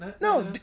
No